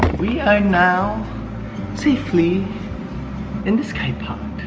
we are now safely in the skypod.